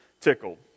tickled